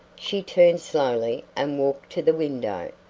she turned slowly and walked to the window,